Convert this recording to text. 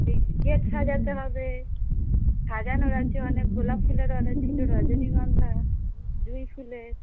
এই গেট সাজাতে হবে সাজানোর আছে অনেক গোলাপ ফুলের অর্ডার ছিল রজনীগন্ধা জুই ফুলের